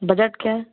budget क्या है